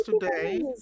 today